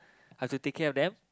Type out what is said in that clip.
I have to take care of them